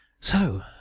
So